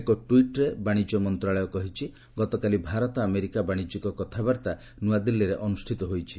ଏକ ଟ୍ୱିଟ୍ରେ ବାଣିଜ୍ୟ ମନ୍ତ୍ରଣାଳୟ କହିଛି ଗତକାଲି ଭାରତ ଆମେରିକା ବାଣିଜ୍ୟିକ କଥାବାର୍ତ୍ତା ଗତକାଲି ନ୍ନଆଦିଲ୍ଲୀରେ ଅନୁଷ୍ଠିତ ହୋଇଛି